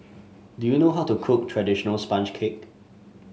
do you know how to cook traditional sponge cake